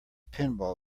pinball